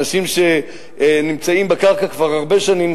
אנשים שנמצאים על הקרקע כבר הרבה שנים,